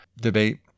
debate